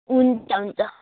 हुन्छ हुन्छ